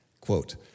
Quote